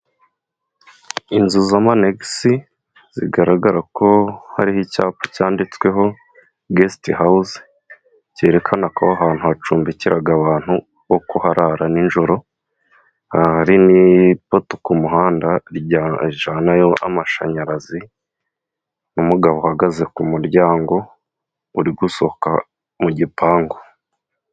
Inzu za manegisi zigaragara ko hariho icyapa cyanditsweho gesiti hawuzi cyerekana ko aho hantu hacumbikira abantu bo kuharara n'ijoro. Hari n'ipoto kumuhanda ryajyanayo amashanyarazi n'umugabo uhagaze ku muryango uri gusohoka mu gipangu.